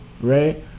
right